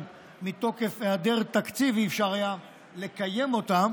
שמתוקף היעדר תקציב אי-אפשר היה לקיים אותה,